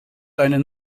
einen